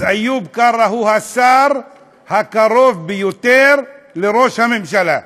אז איוב קרא הוא השר הקרוב ביותר לראש הממשלה.